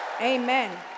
Amen